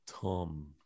Tom